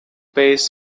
bass